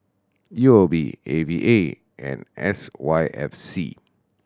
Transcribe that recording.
U O B A V A and S Y F C